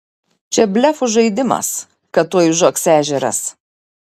čia blefų žaidimas kad tuoj užaks ežeras